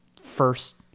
first